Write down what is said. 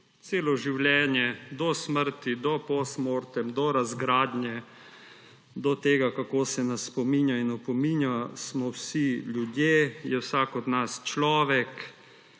celo življenje do smrti, do post mortem, do razgradnje, do tega, kako se nas spominja in opominja, smo vsi ljudje, je vsak od nas človek,